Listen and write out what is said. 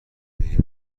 بریم